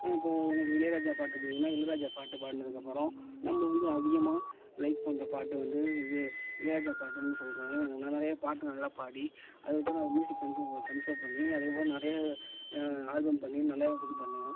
இப்போ எனக்கு இளையராஜா பாட்டு பிடிக்குன்னா இளையராஜா பாட்டு பாடுனதுக்கப்புறோம் நம்ம வந்து அதிகமாக லைக் பண்ணுற பாட்டு வந்து இது இளையராஜா பாட்டுன்னு சொல்கிறது இதுன்னா நிறையா பாட்டு நல்லா பாடி அதுக்கப்புறோம் அந்த மியூசிக் தம்ஸ் அப் பண்ணி அதுக்கப்புறோம் நிறையா ஆல்பம் பண்ணி நல்லா இது பண்ணுவேன்